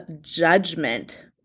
judgment